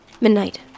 Midnight